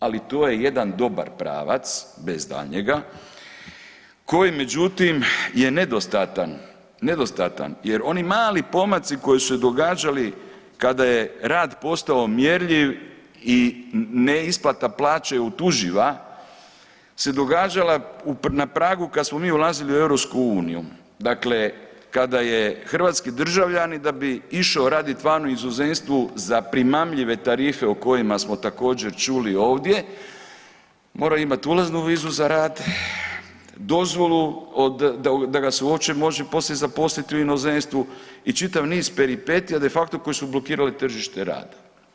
Ali to je jedan dobar pravac, bez daljnjega koji međutim je nedostatan, nedostatan jer oni mali pomaci koji su se događali kada je rad postao mjerljiv i neisplata plaće je utuživa se događala na pragu kad smo mi ulazili u EU, dakle kada je hrvatski državljanin da bi išao raditi van u inozemstvu za primamljive tarife o kojima smo također čuli ovdje morao imati ulaznu vizu za rad, dozvolu da ga se uopće može zaposliti poslije u inozemstvu i čitav niz peripetija de facto koji su blokirali tržište rada.